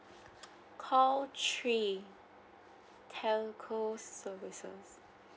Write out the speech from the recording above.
call three telco services